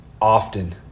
often